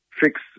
fix